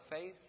faith